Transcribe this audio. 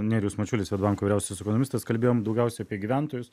nerijus mačiulis svedbanko vyriausias ekonomistas kalbėjom daugiausia apie gyventojus